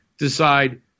Decide